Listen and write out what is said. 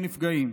אין נפגעים,